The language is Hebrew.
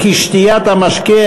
מיכל רוזין,